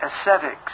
ascetics